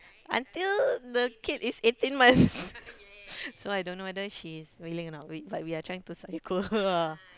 until the kid is eighteen months so I don't know whether she is willing or not but we are trying to psycho her ah